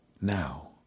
Now